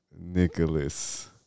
Nicholas